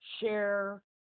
share